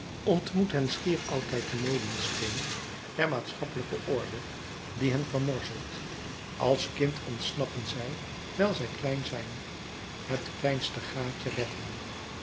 hen schier altijd de molensteen der maatschappelijke orde die hen vermorzelt als kind ontsnappen zij wijl zij klein zijn het kleinste gaatje